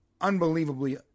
unbelievably